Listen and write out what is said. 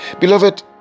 Beloved